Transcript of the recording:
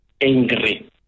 angry